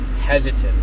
hesitant